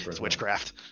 witchcraft